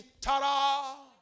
ta-da